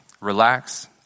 Relax